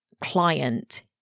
client